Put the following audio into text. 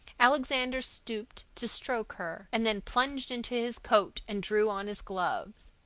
alexander stooped to stroke her, and then plunged into his coat and drew on his gloves.